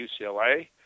UCLA